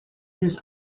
his